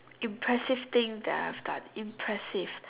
impressive thing I've done impressive